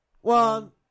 One